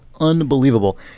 unbelievable